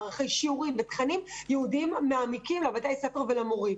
מערכי שיעורים ותכנים יהודיים מעמיקים לבתי הספר ולמורים.